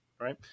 right